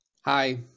Hi